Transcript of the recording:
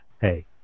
hey